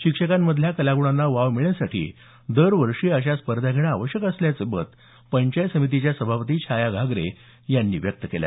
शिक्षकांमधील कला गुणांना वाव मिळण्यासाठी दरवर्षी अशा स्पर्धा घेणं आवश्यक असल्याचं मत पंचायत समितीच्या सभापती छाया घागरे यांनी अध्यक्षीय समारोपात व्यक्त केलं